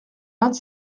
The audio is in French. vingt